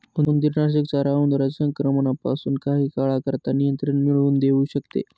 उंदीरनाशक चारा उंदरांच्या संक्रमणापासून काही काळाकरता नियंत्रण मिळवून देऊ शकते